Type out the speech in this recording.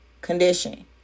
condition